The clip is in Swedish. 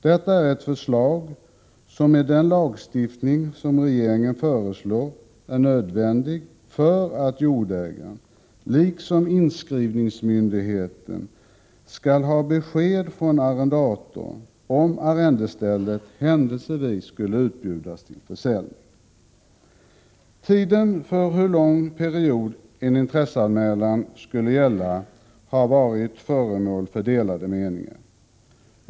Detta är en åtgärd som, med den lagstiftning som regeringen föreslår, är nödvändig för att jordägaren, liksom inskrivningsmyndigheten, skall ha besked från arrendatorn om arrendestället händelsevis skulle utbjudas till försäljning. Frågan hur lång period en intresseanmälan skulle gälla har varit föremål för delade meningar.